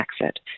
exit